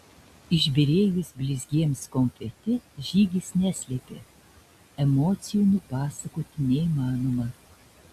išbyrėjus blizgiems konfeti žygis neslėpė emocijų nupasakoti neįmanoma